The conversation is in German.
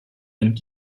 nimmt